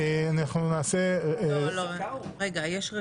אנחנו עוברים להצבעה על פטור לקריאה ראשונה בהצעת